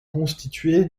constitué